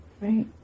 Right